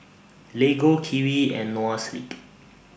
Lego Kiwi and Noa Sleep